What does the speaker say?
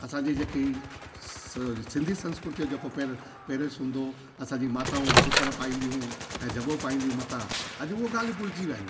असांजी जेकी स सिंधी संस्कृति जो जेको पेर पहेरवेश हूंदो असांजी माताऊं सुतर पाईंदी हुयूं ऐं जबो पाईंदी हुयूं मथां अॼु उहा ॻाल्हि भुलिजी विया आहियूं